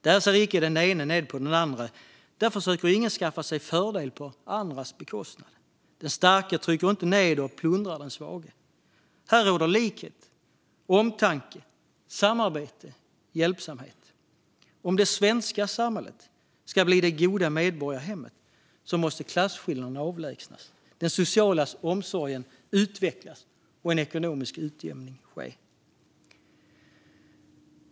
Där ser icke den ene ned på den andre, där försöker ingen skaffa sig fördel på andras bekostnad, den starke trycker icke ned och plundrar den svage. Här råder likhet, omtanke, samarbete, hjälpsamhet. Om det svenska samhället ska bli det goda medborgarhemmet måste klasskillnaden avlägsnas, den sociala omsorgen utvecklas och en ekonomisk utjämning ske.